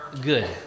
good